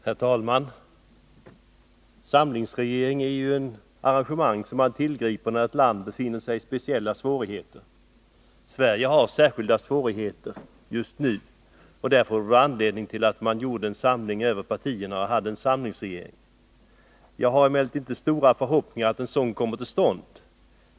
Herr talman! Samlingsregering är ett arrangemang som tillgrips när ett land befinner sig i speciella svårigheter, och det gör Sverige just nu. Därför skulle det finnas anledning att bilda en samlingsregering. Jag hyser emellertid inte stora förhoppningar om att en sådan kommer till stånd.